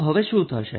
તો હવે શું થશે